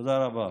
תודה רבה.